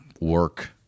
work